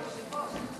היושב-ראש.